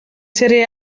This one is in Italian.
serie